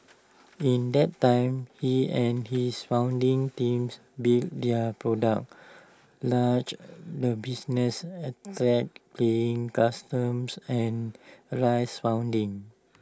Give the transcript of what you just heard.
in that time he and his founding teams built their product launched the business attracted paying customers and raised funding